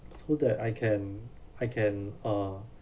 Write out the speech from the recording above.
so that I can I can uh